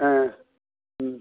ஆ ம்